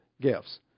gifts